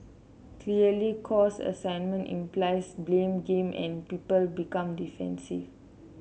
clearly cause assignment implies blame game and people become defensive